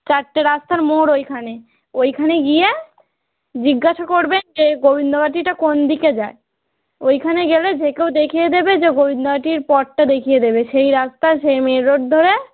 চারটে রাস্তার মোড় ওইখানে ওইখানে গিয়ে জিজ্ঞাসা করবেন যে গোবিন্দবাটিটা কোন দিকে যায় ওইখানে গেলে যে কেউ দেখিয়ে দেবে যে গোবিন্দবাটির পথটা দেখিয়ে দেবে সেই রাস্তা সেই মেন রোড ধরে